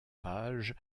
pages